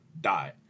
Die